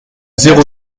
zéro